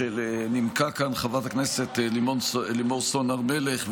שנימקה כאן חברת הכנסת לימור סון הר מלך,